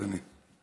אדוני.